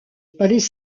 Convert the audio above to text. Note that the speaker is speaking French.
palais